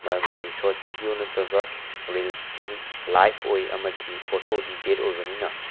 ꯃꯔꯝꯗꯤ shorts video ꯅꯠꯇꯔꯒ ꯔꯤꯜꯁꯇꯤ ꯂꯥꯏꯐ ꯑꯣꯏ ꯑꯃꯗꯤ ꯐꯣꯇꯣꯗꯤ ꯗꯦꯠ ꯑꯣꯏꯕꯅꯤꯅ